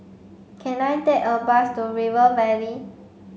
can I take a bus to River Valley